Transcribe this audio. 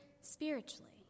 spiritually